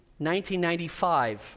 1995